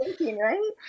Right